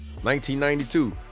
1992